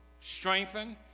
strengthen